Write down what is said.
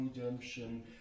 redemption